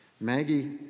Maggie